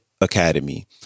Academy